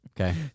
Okay